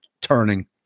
turning